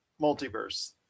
Multiverse